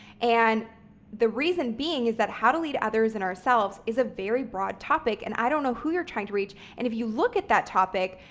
and the reason being is that how to lead others and ourselves is a very broad topic and i don't know who you're trying to reach. and if you look at that topic,